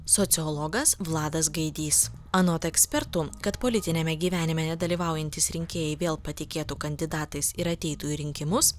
sociologas vladas gaidys anot ekspertų kad politiniame gyvenime nedalyvaujantys rinkėjai vėl patikėtų kandidatais ir ateitų į rinkimus